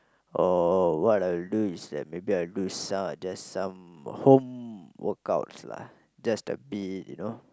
or what I will do is that maybe I'll do some just some home workouts lah just a bit you know